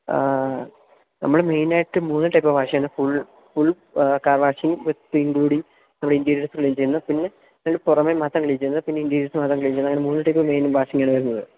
ആ നമ്മള് മൈനായിട്ടും മുഴുവൻ ടൈപ്പ് വാഷ് ചെയ്യുന്നെ full full car washing with including നമ്മുടെ ഇന്റീരിയർസ് ക്ലീൻ ചെയ്യുന്നെ പിന്നെ പുറമേ മാത്രം ക്ലീൻ ചെയ്യുന്നത് പിന്നെ ഇന്റീരിയഴ്സ് മാത്രം ക്ലീൻ ചെയ്യുന്നത് അങ്ങനെ മൂന്ന് ടൈപ്പ് മെയിന് വാഷിംഗ് ആണു വരുന്നത്